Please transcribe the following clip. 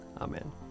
Amen